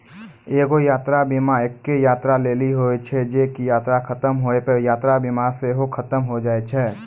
एगो यात्रा बीमा एक्के यात्रा लेली होय छै जे की यात्रा खतम होय पे यात्रा बीमा सेहो खतम होय जाय छै